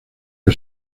que